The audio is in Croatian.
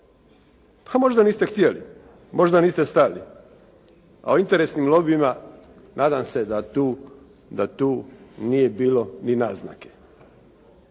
Pa možda niste htjeli, možda niste stali, a o interesnim lobijima nadam se da tu nije bilo ni naznake.